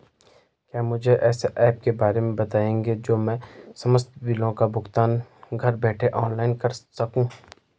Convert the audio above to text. क्या मुझे ऐसे ऐप के बारे में बताएँगे जो मैं समस्त बिलों का भुगतान घर बैठे ऑनलाइन कर सकूँ?